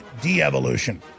de-evolution